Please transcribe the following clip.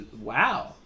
Wow